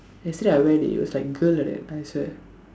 yesterday I wear it was like girl like that I swear